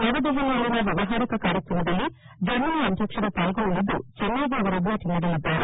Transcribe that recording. ನವದೆಹಲಿಯಲ್ಲಿನ ವ್ಯವಹಾರಿಕ ಕಾರ್ಯಕ್ರಮದಲ್ಲಿ ಜರ್ಮನಿ ಅಧ್ಯಕ್ಷರು ಪಾಲ್ಗೊಳ್ಳಲಿದ್ದು ಚೆನ್ನೈಗೂ ಭೇಟಿ ನೀಡಲಿದ್ದಾರೆ